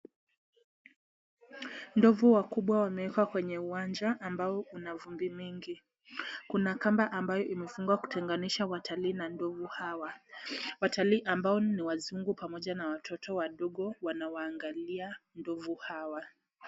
Ndovu wakubwa wamewekwa kwenye uwanja ambao una vumbi nyingi. Kuna kamba ambayo imefungwa kutenganisha watalii na ndovu hawa. Watalii ambao ni wazungu pamoja na watoto wadogo wanawaangalia ndovu hawa.